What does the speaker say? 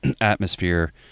atmosphere